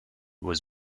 was